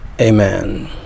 amen